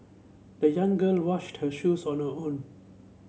the young girl washed her shoes on her own